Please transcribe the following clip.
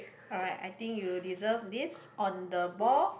alright I think you deserve this on the ball